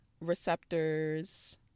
receptors